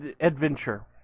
adventure